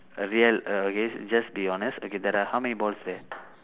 err real err okay just be honest okay there are how many balls there